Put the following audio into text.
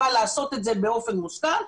אבל לעשות את זה באופן מושכל,